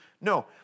No